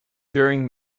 during